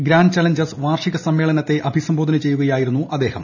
grand challenges വാർഷിക സമ്മേളനത്തെ അഭിസംബോധന ചെയ്യുകയായിരുന്നു അദ്ദേഹം